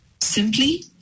Simply